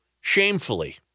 shamefully